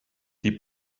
die